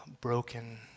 broken